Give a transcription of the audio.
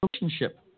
Relationship